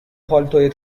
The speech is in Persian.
پالتوی